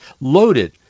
loaded